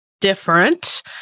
different